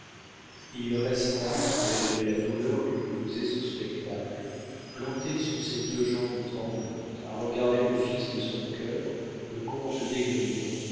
il resta malgré la douleur que lui causait ce spectacle planté sur ses deux jambes tremblantes à regarder le fils de son cœur le comte